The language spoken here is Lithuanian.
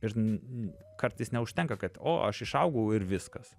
ir n kartais neužtenka kad o aš išaugau ir viskas